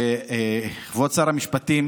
כבוד שר המשפטים